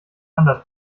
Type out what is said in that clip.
anders